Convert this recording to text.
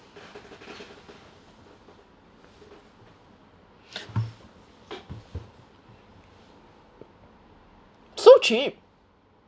so cheap